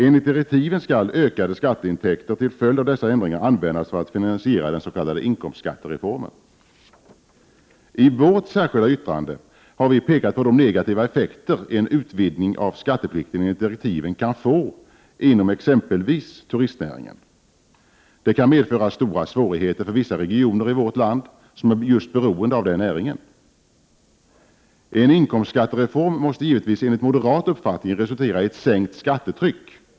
Enligt direktiven skall ökade skatteintäkter till följd av dessa ändringar användas för att finansiera den s.k. inkomstskattereformen. I vårt särskilda yttrande har vi pekat på de negativa effekter en utvidgning av skatteplikten enligt direktiven kan få inom exempelvis turistnäringen. Det kan medföra stora svårigheter för vissa regioner i vårt land som är beroende av denna näring. En inkomstskattereform måste givetvis enligt moderat uppfattning resultera i ett sänkt skattetryck.